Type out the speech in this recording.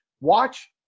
watch